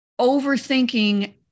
overthinking